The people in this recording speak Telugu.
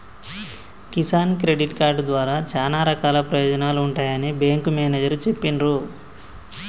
కిసాన్ క్రెడిట్ కార్డు ద్వారా చానా రకాల ప్రయోజనాలు ఉంటాయని బేంకు మేనేజరు చెప్పిన్రు